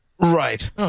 Right